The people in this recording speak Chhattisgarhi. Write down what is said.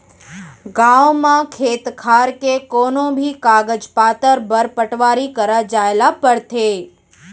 गॉंव म खेत खार के कोनों भी कागज पातर बर पटवारी करा जाए ल परथे